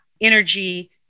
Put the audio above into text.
energy